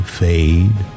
fade